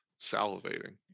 salivating